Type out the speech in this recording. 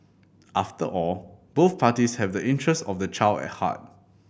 after all both parties have a interest of the child at heart